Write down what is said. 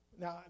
Now